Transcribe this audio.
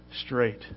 straight